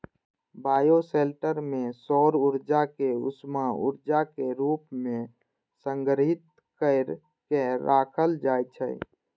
bioshelter मे सौर ऊर्जा कें उष्मा ऊर्जा के रूप मे संग्रहीत कैर के राखल जाइ छै